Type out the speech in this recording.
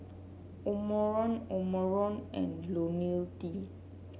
Omron Omron and IoniL T